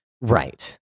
Right